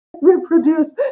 reproduce